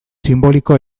sinboliko